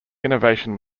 innovation